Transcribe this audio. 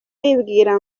wibwira